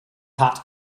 pat